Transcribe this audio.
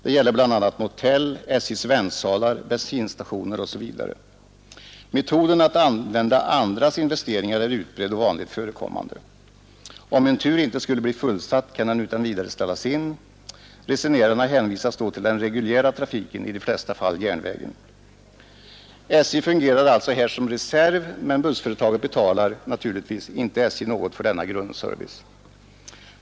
Det gäller bl.a. motell, SJ:s väntsalar och bensinstationer. Metoden att använda andras investeringar är utbredd och vanligt förekommande. Om en tur inte skulle bli fullsatt, kan den utan vidare ställas in. Resenärerna hänvisas då till den reguljära trafiken, i de flesta fall järnvägen. SJ fungerar alltså här som reserv, men bussföretaget betalar — naturligtvis — inte SJ något för denna grundservice.